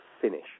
finish